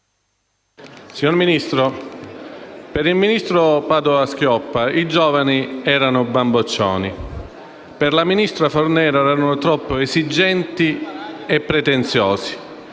Signor Ministro, per il ministro Padoa Schioppa i giovani erano bamboccioni, per la ministra Fornero erano troppo esigenti e pretenziosi,